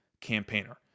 campaigner